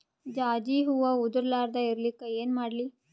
ಜಾಜಿ ಹೂವ ಉದರ್ ಲಾರದ ಇರಲಿಕ್ಕಿ ಏನ ಮಾಡ್ಲಿ?